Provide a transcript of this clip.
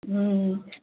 हूँ